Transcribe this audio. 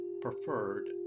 preferred